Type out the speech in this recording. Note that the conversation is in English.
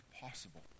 possible